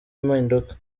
impinduka